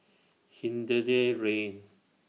Hindhede Rain